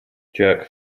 jerk